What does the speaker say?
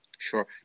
sure